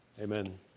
Amen